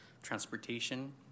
transportation